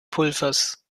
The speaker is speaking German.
pulvers